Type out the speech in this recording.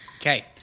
Okay